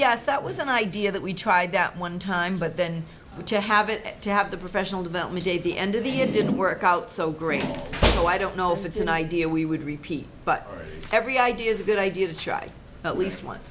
yes that was an idea that we tried out one time but then to have it to have the professional development day the end of the year didn't work out so great so i don't know if it's an idea we would repeat but every idea is a good idea to try at least on